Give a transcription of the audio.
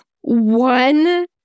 one